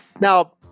Now